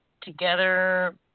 Together